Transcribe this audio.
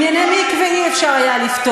בענייני מקווה לא היה אפשר לפתור.